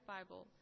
Bible